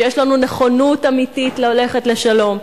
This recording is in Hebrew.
שיש לנו נכונות אמיתית ללכת לשלום,